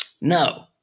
No